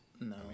No